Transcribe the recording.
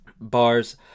bars